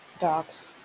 Dogs